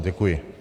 Děkuji.